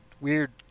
weird